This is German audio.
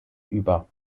über